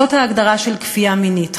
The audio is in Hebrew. זאת ההגדרה של כפייה מינית,